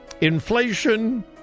inflation